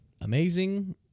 amazing